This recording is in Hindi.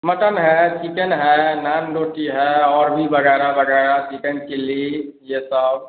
मटन है चिकेन है नान रोटी है और भी वग़ैरह वग़ैरह चिकेन चिल्ली यह सब